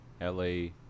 LA